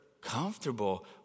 comfortable